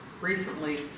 recently